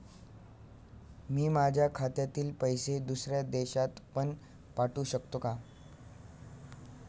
मी माझ्या खात्यातील पैसे दुसऱ्या देशात पण पाठवू शकतो का?